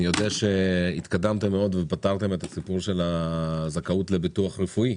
אני יודע שהתקדמתם מאד ופתרתם את הסיפור של הזכאות לביטוח רפואי?